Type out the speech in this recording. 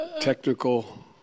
Technical